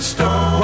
Stone